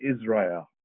Israel